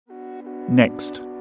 Next